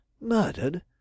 Murdered